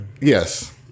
Yes